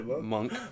Monk